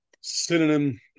synonym